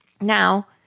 Now